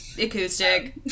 acoustic